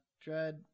Dread